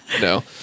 no